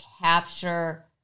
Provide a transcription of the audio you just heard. capture